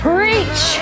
Preach